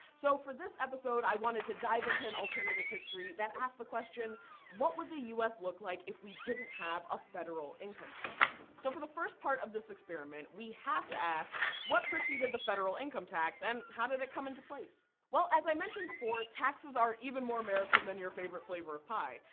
so for this episode, i wanted to dive into an alternative history that asked the question what would the u s. look like if we didn't have a federal income tax? so for the first part of this experiment we have to ask what preceded the federal income tax? and how did it come into place? well as i mentioned before, taxes are even more american than your favorite flavor of pie.